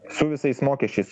su visais mokesčiais